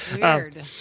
Weird